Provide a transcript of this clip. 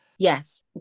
Yes